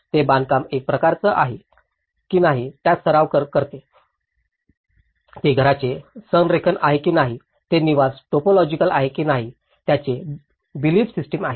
ते बांधकाम एक प्रकार आहे की नाही याचा सराव करते ते घराचे संरेखन आहे की नाही ते निवास टायपोलॉजी आहे की नाही आणि त्यांची बिलीफ सिस्टिम आहे